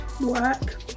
work